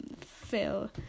fill